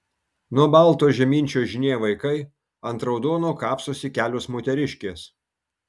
nuo balto žemyn čiuožinėja vaikai ant raudono kapstosi kelios moteriškės